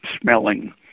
smelling